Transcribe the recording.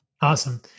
awesome